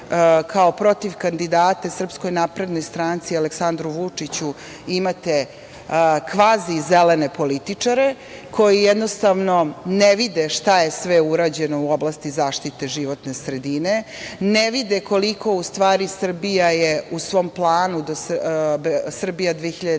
kao protivkandidate SNS Aleksandru Vučiću imate kvazi zelene političare, koji jednostavno ne vide šta je sve urađeno u oblasti zaštite životne sredine, ne vide koliko u stvari Srbija je u svom planu „Srbija 2025“